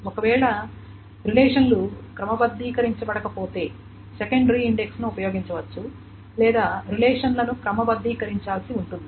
ఒకవేళ రిలేషన్లు క్రమబద్ధీకరించబడకపోతే సెకండరీ ఇండెక్స్ ను ఉపయోగించవచ్చు లేదా రిలేషన్లను క్రమబద్ధీకరించాల్సి ఉంటుంది